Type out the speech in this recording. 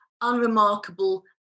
unremarkable